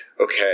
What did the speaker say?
Okay